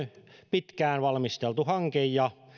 pitkään valmisteltu hanke ja